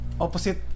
Opposite